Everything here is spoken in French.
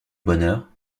bonheur